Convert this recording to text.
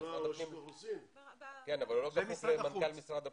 הוא לא תחת מנכ"ל משרד הפנים.